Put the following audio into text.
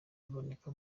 riboneka